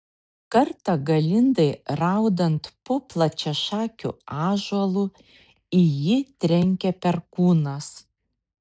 kartą galindai raudant po plačiašakiu ąžuolu į jį trenkė perkūnas